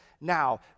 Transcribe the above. now